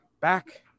Back